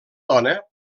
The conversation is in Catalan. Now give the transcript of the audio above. dona